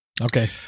okay